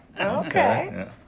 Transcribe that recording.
Okay